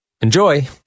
Enjoy